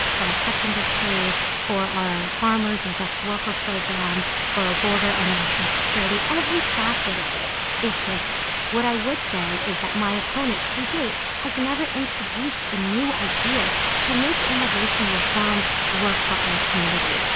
for our tech industry, for our farmers and guest worker program, for our border and national security. every facet of it is broken. what i would say is that my opponent, to date, has never introduced a new idea to make immigration reform work for our community.